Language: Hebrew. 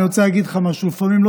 אני רוצה להגיד לך משהו: לפעמים לא